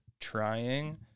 trying